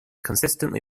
consistently